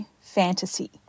fantasy